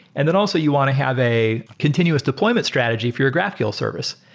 and then also you want to have a continuous deployment strategy for your graphql service,